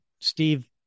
Steve